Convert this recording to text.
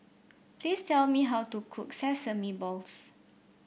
please tell me how to cook Sesame Balls